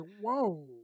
Whoa